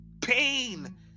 pain